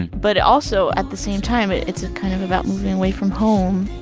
and but also, at the same time, it's kind of about moving away from home.